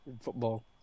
football